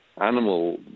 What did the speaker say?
animal